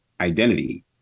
identity